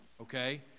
okay